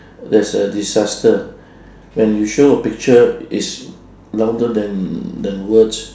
there's a disaster when you show a picture is louder than than words